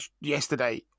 yesterday